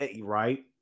Right